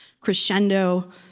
crescendo